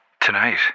tonight